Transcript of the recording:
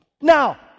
Now